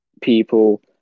people